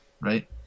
Right